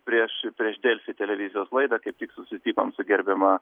prieš prieš delfi televizijos laidą kaip tik susitikom su gerbiama